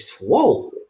Whoa